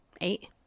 Eight